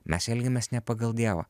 mes elgiamės ne pagal dievą